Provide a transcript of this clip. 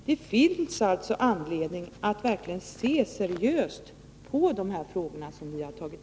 Det finns alltså anledning att verkligen se seriöst på de frågor som vi tagit